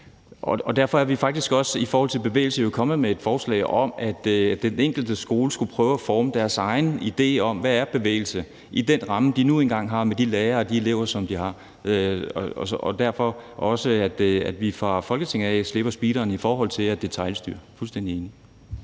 derfor er vi jo faktisk også i forhold til bevægelse kommet med et forslag om, at den enkelte skole skulle prøve at forme deres egen idé om, hvad bevægelse er, i den ramme, de nu engang har, med de lærere og elever, som de har. Og det betyder derfor også, at vi fra Folketingets side slipper speederen i forhold til at detailstyre. Jeg er fuldstændig enig.